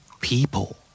People